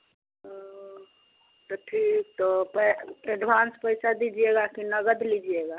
तो ठीक तो पै एडभांस पैसा दीजिएगा की नगद लीजिएगा